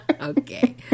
Okay